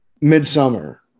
Midsummer